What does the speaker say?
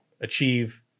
achieve